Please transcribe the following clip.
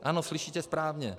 Ano, slyšíte správně.